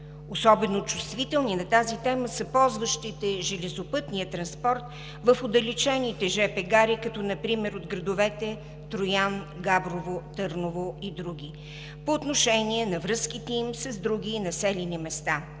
Особено чувствителни на тази тема са ползващите железопътния транспорт в отдалечените жп гари, като например от градовете Троян, Габрово, Велико Търново и други по отношение на връзките им с други населени места.